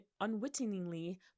unwittingly